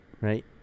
Right